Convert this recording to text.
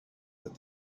that